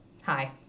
hi